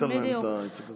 את העסק הזה.